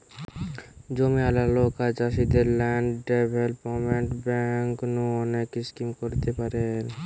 জমিয়ালা লোক আর চাষীদের ল্যান্ড ডেভেলপমেন্ট বেঙ্ক নু অনেক স্কিম করতে পারেন